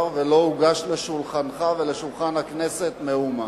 ולא הוגש לשולחנך ולשולחן הכנסת מאומה.